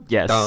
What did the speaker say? Yes